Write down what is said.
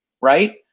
right